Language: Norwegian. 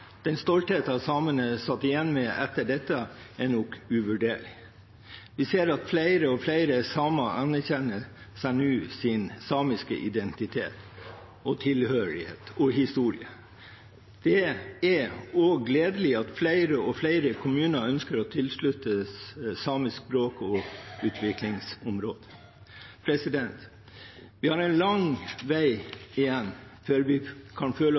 Den stoltheten samene satt igjen med etter dette, er nok uvurderlig. Vi ser at flere og flere samer nå vedkjenner seg sin samiske identitet, tilhørighet og historie. Det er også gledelig at flere og flere kommuner ønsker å tilsluttes samiske språk- og utviklingsområder. Vi har en lang vei igjen før vi kan føle